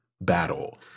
battle